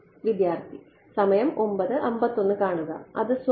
വിദ്യാർത്ഥി അത് സ്വയം